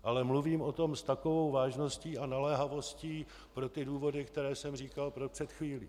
Ale mluvím o tom s takovou vážností a naléhavostí pro ty důvody, které jsem říkal před chvílí.